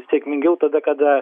sėkmingiau tada kada